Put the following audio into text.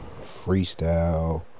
freestyle